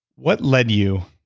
what led you